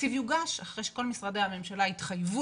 התקציב יוגש אחרי שכל משרדי הממשלה יתחייבו